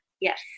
Yes